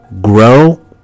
grow